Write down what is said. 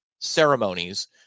ceremonies